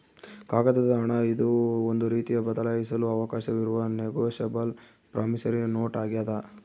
ಕಾಗದದ ಹಣ ಇದು ಒಂದು ರೀತಿಯ ಬದಲಾಯಿಸಲು ಅವಕಾಶವಿರುವ ನೆಗೋಶಬಲ್ ಪ್ರಾಮಿಸರಿ ನೋಟ್ ಆಗ್ಯಾದ